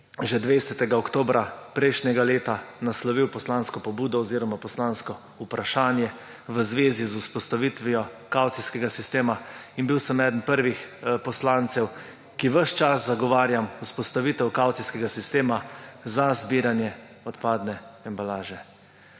že 20. oktobra prejšnjega leta naslovil poslansko pobudo oziroma poslansko vprašanje v zvezi z vzpostavitvijo kavcijskega sistema. Bil sem eden prvih poslancev, ki ves čas zagovarjam vzpostavitev kavcijskega sistema za zbiranje odpadne embalaže.